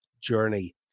journey